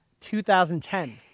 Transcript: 2010